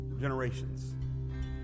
generations